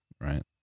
right